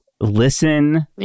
Listen